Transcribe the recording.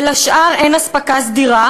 ולשאר אין אספקה סדירה.